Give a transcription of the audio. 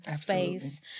space